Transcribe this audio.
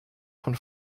von